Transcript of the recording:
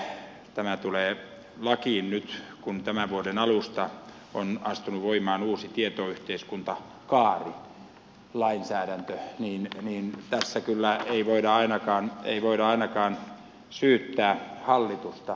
kun tämä tulee lakiin nyt kun tämän vuoden alusta on astunut voimaan uusi tietoyhteiskuntakaarilainsäädäntö niin tässä kyllä ei voida ainakaan syyttää hallitusta vitkastelusta